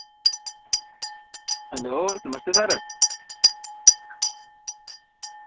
hello नमस्ते sir